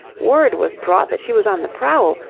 word was brought that she was on the prowl,